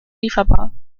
lieferbar